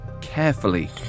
carefully